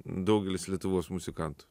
daugelis lietuvos muzikantų